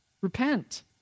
Repent